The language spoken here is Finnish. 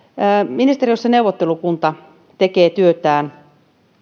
ministeriössä neuvottelukunta tekee työtään